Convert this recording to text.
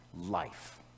life